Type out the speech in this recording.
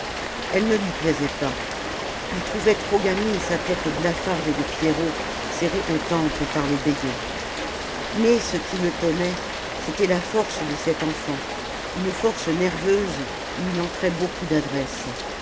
elle ne lui plaisait pas il trouvait trop gamine sa tête blafarde de pierrot serrée aux tempes par le béguin mais ce qui l'étonnait c'était la force de cette enfant une force nerveuse où il entrait beaucoup d'adresse